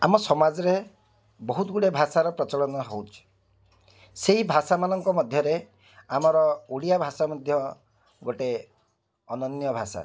ଆମ ସମାଜରେ ବହୁତ ଗୁଡ଼ିଏ ଭାଷାର ପ୍ରଚଳନ ହେଉଛି ସେଇ ଭାଷାମାନଙ୍କ ମଧ୍ୟରେ ଆମର ଓଡ଼ିଆ ଭାଷା ମଧ୍ୟ ଗୋଟେ ଅନନ୍ୟ ଭାଷା